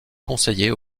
conseiller